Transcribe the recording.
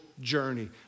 journey